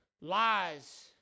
Lies